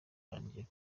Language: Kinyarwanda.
banjye